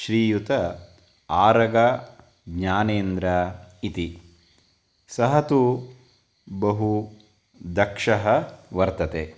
श्रीयुत आरग ज्ञानेन्द्रः इति सः तु बहु दक्षः वर्तते